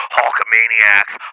Hulkamaniacs